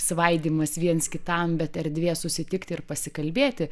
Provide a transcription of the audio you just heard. svaidymas viens kitam bet erdvė susitikti ir pasikalbėti